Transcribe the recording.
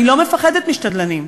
אני לא מפחדת משדלנים,